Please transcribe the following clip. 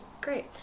great